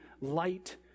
light